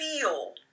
feel